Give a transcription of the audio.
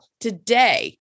today